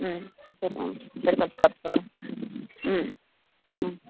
ம் சரி மேம் சரி கொஞ்சம் பார்த்து சொல்லுங்கள் ம் ம்